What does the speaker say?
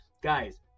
Guys